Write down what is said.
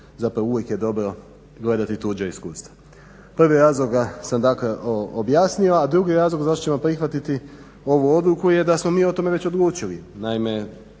zapravo uvijek je dobro gledati tuđa iskustva. Prvi razlog sam dakle objasnio, a drugi razlog zašto ćemo prihvatiti ovu odluku je da smo mi o tome već odlučili.